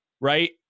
Right